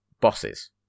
bosses